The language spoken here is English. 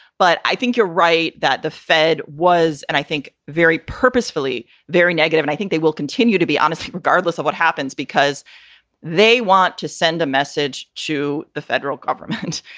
but i think you're right that the fed was and i think very purposefully very negative. and i think they will continue to be honest, regardless of what happens, because they want to send a message to the federal government.